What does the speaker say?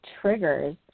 triggers